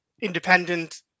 independent